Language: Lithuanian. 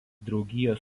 draugijos